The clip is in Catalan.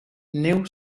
neu